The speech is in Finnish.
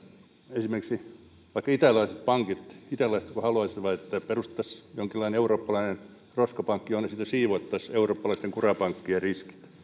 esimerkiksi vaikka italialaiset pankit haluaisivat että perustettaisiin jonkinlainen eurooppalainen roskapankki jonne sitten siivottaisiin eurooppalaisten kurapankkien riskit